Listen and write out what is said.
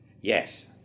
Yes